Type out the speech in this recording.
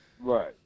Right